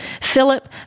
Philip